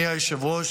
אדוני היושב-ראש,